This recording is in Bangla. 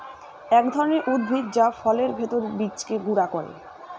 এক ধরনের উদ্ভিদ যা ফলের ভেতর বীজকে গুঁড়া করে